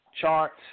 charts